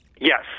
Yes